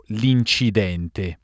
l'incidente